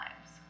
lives